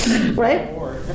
Right